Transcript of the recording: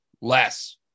less